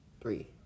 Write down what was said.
Three